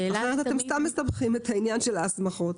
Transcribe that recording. אחרת אתם סתם מסבכים את העניין של ההסמכות.